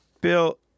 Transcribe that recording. Bill